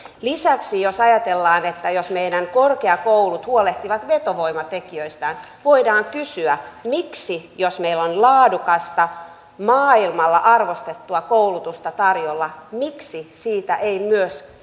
lisäksi jos ajatellaan että meidän korkeakoulumme huolehtivat vetovoimatekijöistään voidaan kysyä miksi jos meillä on laadukasta maailmalla arvostettua koulutusta tarjolla siitä ei myös